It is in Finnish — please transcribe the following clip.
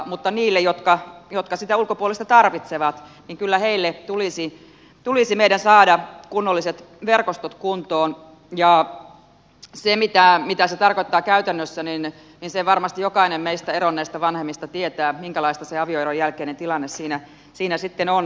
mutta niille jotka sitä ulkopuolista neuvontaa tarvitsevat meidän kyllä tulisi saada kunnolliset verkostot kuntoon jar selittää mitä se tarkoittaa käytännössä niin ei ja varmasti jokainen meistä eronneista vanhemmista tietää sen mitä se tarkoittaa käytännössä ja minkälaista se avioeron jälkeinen tilanne siinä sitten on